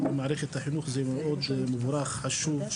במערכת החינוך זה מאוד מבורך וחשוב,